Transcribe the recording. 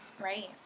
right